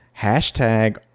Hashtag